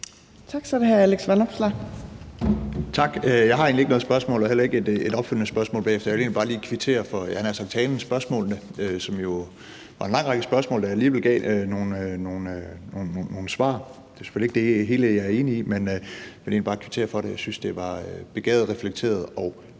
Kl. 12:56 Alex Vanopslagh (LA): Tak. Jeg har egentlig ikke noget spørgsmål og heller ikke et opfølgende spørgsmål bagefter. Jeg vil egentlig bare lige kvittere for talen og svarene på en lang række spørgsmål. Det er selvfølgelig ikke det hele, jeg er enig i, men jeg vil egentlig bare kvittere for det, for jeg synes, det var begavet, reflekteret og